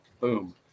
boom